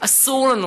אסור לנו,